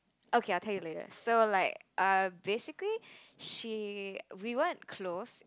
okay I'll tell you later so like err basically she we weren't close